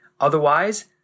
Otherwise